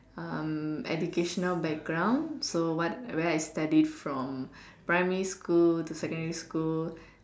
um educational background so what where I studied from primary school to secondary school